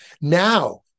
Now